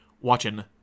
watching